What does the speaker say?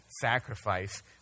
sacrifice